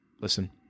listen